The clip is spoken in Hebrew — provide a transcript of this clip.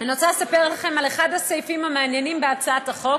אני רוצה לספר לכם על אחד הסעיפים המעניינים בהצעת החוק,